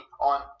on